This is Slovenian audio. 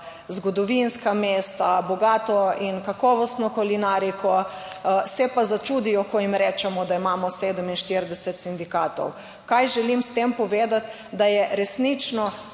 zgodovinska mesta, bogato in kakovostno kulinariko, se pa začudijo, ko jim rečemo, da imamo 47 sindikatov. Kaj želim s tem povedati - da je resnično